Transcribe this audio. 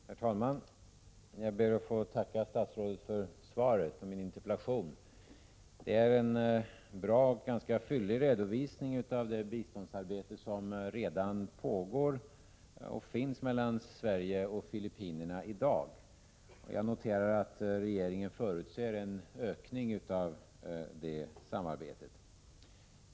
Herr talman! Jag ber att få tacka statsrådet för svaret på min interpellation. Det är en bra och ganska fyllig redovisning av det biståndsarbete som redan i dag pågår och finns mellan Sverige och Filippinerna. Jag noterar att regeringen förutser en ökning av det samarbetet.